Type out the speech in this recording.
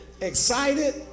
Excited